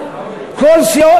כסיעה,